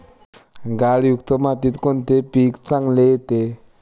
गाळयुक्त मातीत कोणते पीक चांगले येते?